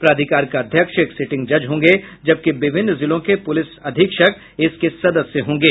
प्राधिकार का अध्यक्ष एक सिटिंग जज होंगे जबकि विभिन्न जिलों के पुलिस अधीक्षक इसके सदस्य होंगे